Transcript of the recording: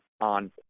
on